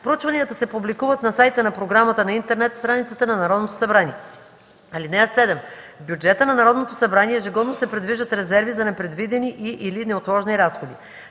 Проучванията се публикуват на сайта на програмата на интернет страницата на Народното събрание. (7) В бюджета на Народното събрание ежегодно се предвиждат резерви за непредвидени и/или неотложни разходи.